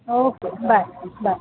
okay bye bye